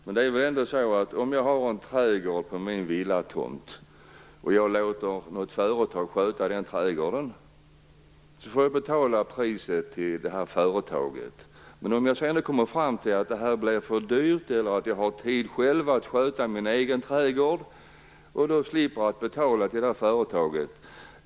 Men om jag har en trädgård på min villatomt och låter ett företag sköta den trädgården får jag betala ett visst pris till det här företaget. Om jag sedan kommer fram till att detta blir för dyrt eller att jag själv har tid att sköta min egen trädgård slipper jag betala företaget.